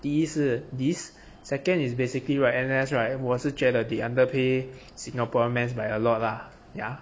第一是 this second is basically right N_S right 我是觉得 they under pay singaporean mens by a lot lah ya